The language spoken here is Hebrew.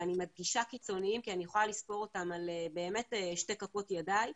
ואני מדגישה קיצוניים כי אני יכולה לספור אותם על שתי כפות ידיי,